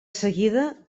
seguida